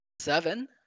seven